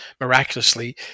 miraculously